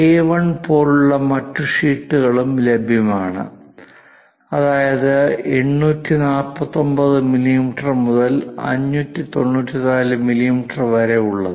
എ1 പോലുള്ള മറ്റ് ഷീറ്റുകളും ലഭ്യമാണ് അതായത് 849 മില്ലിമീറ്റർ മുതൽ 594 മില്ലിമീറ്റർ വരെ ഉള്ളത്